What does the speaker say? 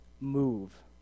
move